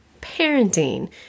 parenting